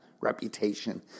reputation